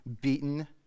beaten